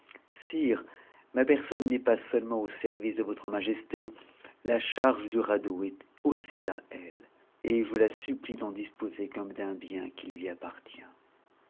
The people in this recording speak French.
sire ma personne n'est pas sëutemcut service de votre majesté la charge du radeau est aussi à elle et supplie d'en disposer comme d'un bien qui lui appartient